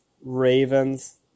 Ravens